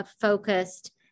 focused